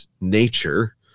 nature